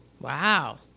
Wow